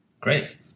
Great